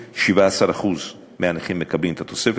17% מהנכים מקבלים את התוספת הזאת.